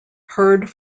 heard